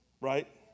Right